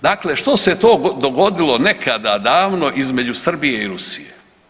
Dakle, što se to dogodilo nekada davno između Srbije i Rusije?